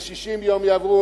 ו-60 יום יעברו,